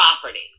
property